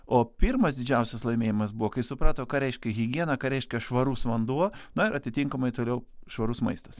o pirmas didžiausias laimėjimas buvo kai suprato ką reiškia higiena ką reiškia švarus vanduo na atitinkamai toliau švarus maistas